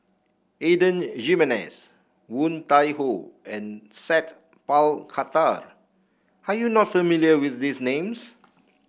Adan Jimenez Woon Tai Ho and Sat Pal Khattar are you not familiar with these names